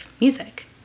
music